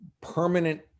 permanent